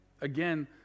again